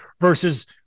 versus